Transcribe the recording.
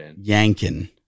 yanking